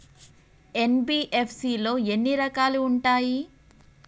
NBFC లో ఎన్ని రకాలు ఉంటాయి?